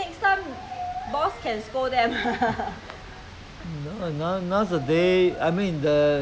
they want this want that and then they I mean the parent also try to give in to them so much